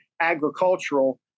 agricultural